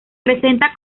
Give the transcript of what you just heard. presenta